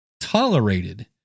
tolerated